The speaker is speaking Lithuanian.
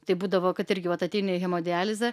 tai būdavo kad irgi vat ateini į hemodializę